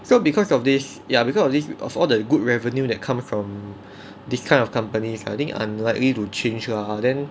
so because of this ya because of this of all the good revenue that comes from this kind of companies ah I think unlikely to change lah then